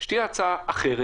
שתהיה הצעה אחרת.